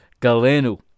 Galeno